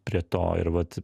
prie to ir vat